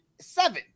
seven